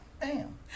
Bam